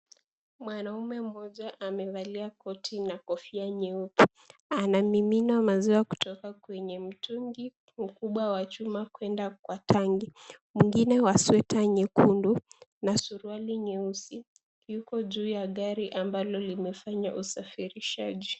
Mwanaume mmoja, amevalia koti na kofia nyeupe. Anamimina maziwa kutoka kwenye mtungi mkubwa wa chuma kwenda kwa tanki. Mwingine wa sweta nyekundu na suruali nyeusi, yuko juu ya gari ambalo limefanya usafirishaji.